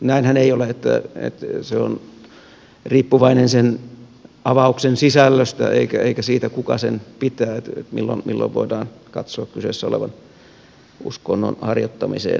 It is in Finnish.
näinhän ei ole vaan se on riippuvainen sen avauksen sisällöstä eikä siitä kuka sen pitää milloin voidaan katsoa kyseessä olevan uskonnon harjoittamiseen liittyvä tilaisuus